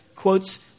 quotes